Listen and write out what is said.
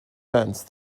sense